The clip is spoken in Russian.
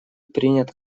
принят